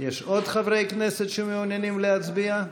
יש עוד חברי כנסת שמעוניינים להצביע?